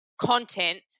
content